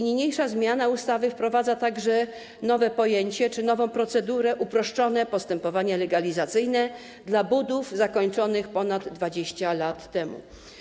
Niniejsza zmiana ustawy wprowadza także nowe pojęcie czy nową procedurę: uproszczone postępowania legalizacyjne dla budów zakończonych ponad 20 lat temu.